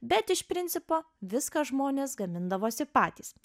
bet iš principo viską žmonės gamindavosi patys